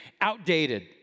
outdated